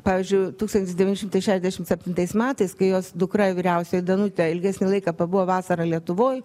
pavyzdžiui tūkstantis devyni šimtai šešiasdešim septintais metais kai jos dukra vyriausioji danutė ilgesnį laiką pabuvo vasarą lietuvoj